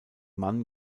mann